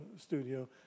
studio